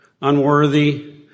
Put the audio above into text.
unworthy